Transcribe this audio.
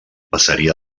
passaria